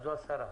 זה רק השרה.